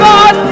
God